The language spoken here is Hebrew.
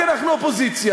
כי אנחנו אופוזיציה.